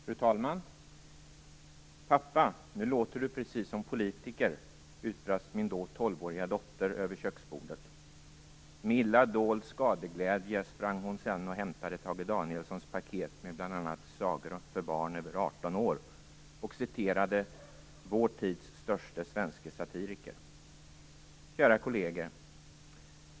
Fru talman! "Pappa, nu låter du precis som en politiker!" utbrast min då 12-åriga dotter över köksbordet. Med illa dold skadeglädje sprang hon sedan och hämtade Tage Danielssons paket med bl a Sagor för barn över 18 år och citerade vår tids störste svenske satiriker. Kära kolleger!